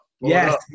Yes